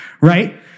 right